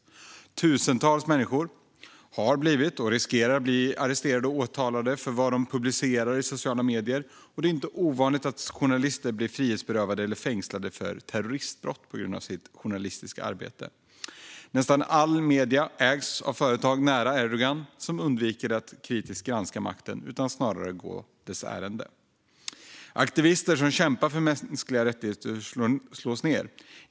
Tusentals människor har blivit och riskerar att bli arresterade och åtalade för vad de publicerar i sociala medier, och det är inte ovanligt att journalister blir frihetsberövade eller fängslade för terroristbrott på grund av sitt journalistiska arbete. Nästan alla medier ägs av företag nära Erdogan och undviker att kritiskt granska regimen utan går snarare dess ärenden. Aktivister som kämpar för mänskliga rättigheter slås ned.